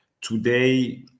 today